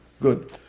Good